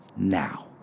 Now